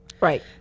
Right